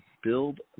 build